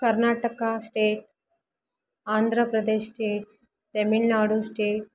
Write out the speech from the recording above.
Karnataka state Andhra Pradesh state Tamil Nadu state